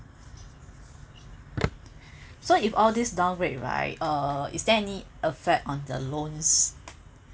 so if all this down grade right uh is there any effect on the loans